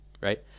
right